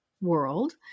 world